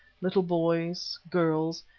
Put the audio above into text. little boys, girls,